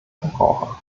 verbraucher